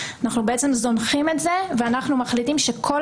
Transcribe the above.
אנחנו בעצם זונחים את זה ואנחנו מחליטים שכל